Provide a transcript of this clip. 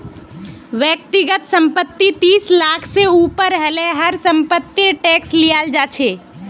व्यक्तिगत संपत्ति तीस लाख से ऊपर हले पर समपत्तिर टैक्स लियाल जा छे